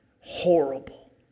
horrible